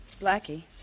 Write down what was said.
blackie